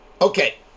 Okay